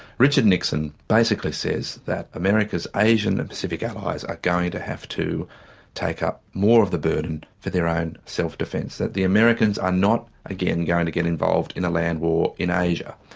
richard nixon basically says that america's asian and pacific allies are going to have to take up more of the burden for their own self-defence, that the americans are not again going to get involved in a land war in asia.